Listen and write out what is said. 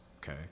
okay